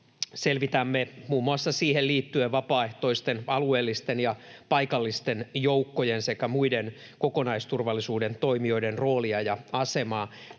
Selvitämme muun muassa siihen liittyen vapaaehtoisten alueellisten ja paikallisten joukkojen sekä muiden kokonaisturvallisuuden toimijoiden roolia ja asemaa.